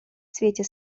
свете